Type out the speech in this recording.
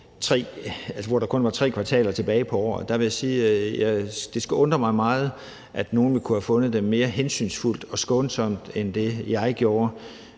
hvor der kun var tre kvartaler tilbage på året, vil jeg sige, at det skulle undre mig meget, at nogen kunne have fundet det mere hensynsfuldt og skånsomt end det, jeg gjorde.